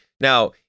Now